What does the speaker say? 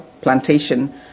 plantation